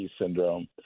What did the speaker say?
syndrome